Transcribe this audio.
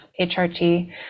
HRT